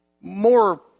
more